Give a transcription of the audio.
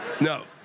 No